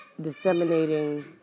disseminating